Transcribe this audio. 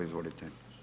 Izvolite.